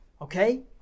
Okay